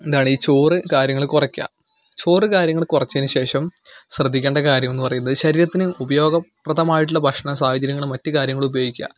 എന്താണ് ഈ ചോറ് കാര്യങ്ങൾ കുറയ്ക്കുക ചോറ് കാര്യങ്ങൾ കുറച്ചതിന് ശേഷം ശ്രദ്ധിക്കേണ്ട കാര്യമെന്ന് പറയുന്നത് ശരീരത്തിന് ഉപയോഗപ്രദമായിട്ടുള്ള ഭക്ഷണസാഹചര്യങ്ങളും മറ്റ് കാര്യങ്ങളും ഉപയോഗിക്കുക